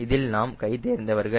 இதில் நாம் கைதேர்ந்தவர்கள்